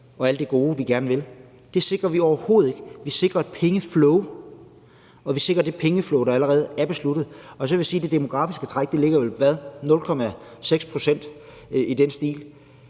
og alt det gode, vi gerne vil. Det sikrer vi overhovedet ikke. Vi sikrer et pengeflow – og vi sikrer det pengeflow, der allerede er besluttet. Så vil jeg sige, at det demografiske træk vel ligger på 0,6 pct. eller noget i den stil.